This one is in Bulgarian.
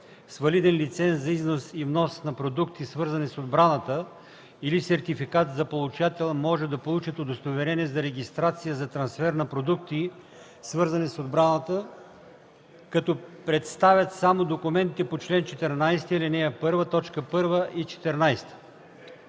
валиден лиценз за износ и внос на продукти, свързани с отбраната, или сертификат за получател, може да получат удостоверение за регистрация за трансфер на продукти, свързани с отбраната, като представят само документите по чл. 14, ал. 1, т. 1 и 14.”